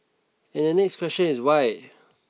and the next question is why